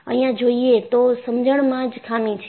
અહિયાં જોયે તો સમજણમાં જ ખામી છે